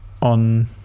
on